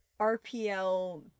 RPL